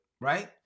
right